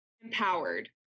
empowered